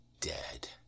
dead